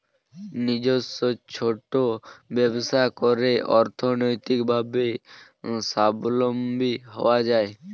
নিজস্ব ছোট ব্যবসা করে অর্থনৈতিকভাবে স্বাবলম্বী হওয়া যায়